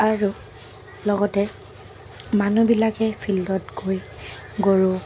আৰু লগতে মানুহবিলাকে ফিল্ডত গৈ গৰু